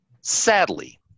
Sadly